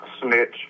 snitch